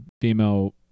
female